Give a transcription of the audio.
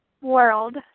world